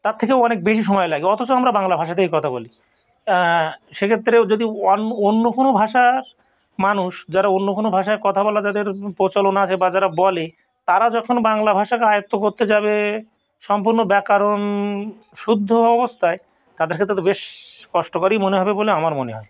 তার থেকেও অনেক বেশি সময় লাগে অথচ আমরা বাংলা ভাষাতেই কথা বলি সেক্ষেত্রেও যদি অন্য কোনো ভাষা মানুষ যারা অন্য কোনো ভাষায় কথা বলা যাদের প্রচলন আছে বা যারা বলে তারা যখন বাংলা ভাষাকে আয়ত্ত করতে যাবে সম্পূর্ণ ব্যাকরণ শুদ্ধ অবস্থায় তাদের ক্ষেত্রে তো বেশ কষ্টকরই মনে হবে বলে আমার মনে হয়